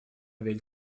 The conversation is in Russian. ведь